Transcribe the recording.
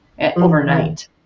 overnight